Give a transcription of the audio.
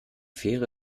fähre